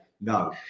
No